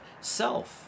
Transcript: self